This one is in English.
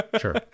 Sure